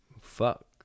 fuck